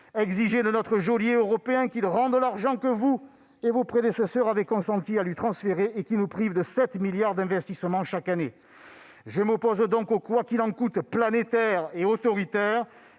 d'exiger de notre geôlier européen qu'il rende l'argent que vous et vos prédécesseurs avez consenti à lui transférer et qui nous prive de 7 milliards d'euros d'investissements chaque année. Je m'oppose donc au « quoi qu'il en coûte » planétaire et autoritaire,